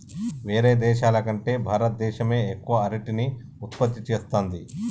వేరే దేశాల కంటే భారత దేశమే ఎక్కువ అరటిని ఉత్పత్తి చేస్తంది